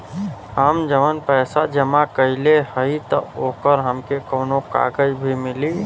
हम जवन पैसा जमा कइले हई त ओकर हमके कौनो कागज भी मिली?